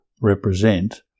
represent